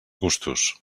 gustos